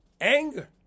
anger